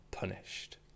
punished